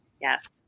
Yes